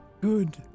Good